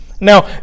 Now